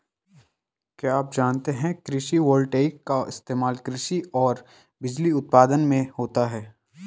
क्या आप जानते है कृषि वोल्टेइक का इस्तेमाल कृषि और बिजली उत्पादन में होता है?